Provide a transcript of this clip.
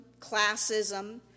classism